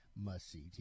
must-see